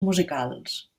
musicals